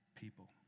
people